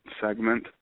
segment